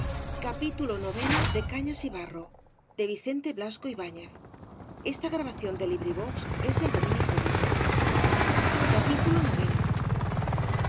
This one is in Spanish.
de cañas y barro de